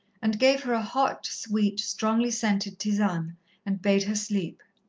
and gave her a hot, sweet, strongly scented tisane and bade her sleep.